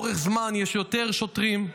לאורך זמן יש יותר שוטרים,